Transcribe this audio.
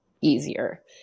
easier